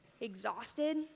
exhausted